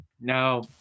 now